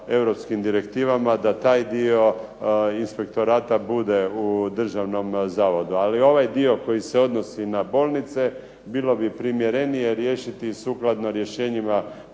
europskim direktivama da taj dio inspektorata bude u državnom zavodu. Ali ovaj dio koji se odnosi na bolnice bilo bi primjerenije riješiti sukladno rješenjima